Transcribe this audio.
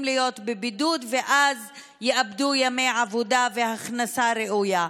להיות בבידוד ואז הם יאבדו ימי עבודה והכנסה ראויה.